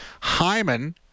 Hyman